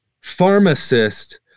Pharmacist